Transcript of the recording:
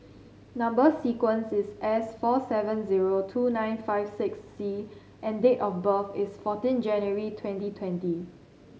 number sequence is S four seven zero two nine five six C and date of birth is fourteen January twenty twenty